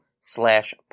slash